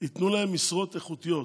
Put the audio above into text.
ייתנו להם משרות איכותיות,